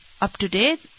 up-to-date